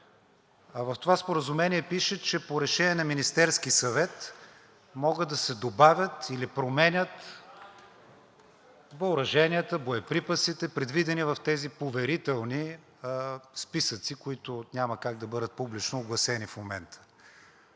В това споразумение пише, че по решение на Министерския съвет могат да се добавят или променят въоръженията, боеприпасите, предвидени в тези поверителни списъци, които няма как да бъдат публично огласени в момента.